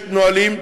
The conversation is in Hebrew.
יש נהלים,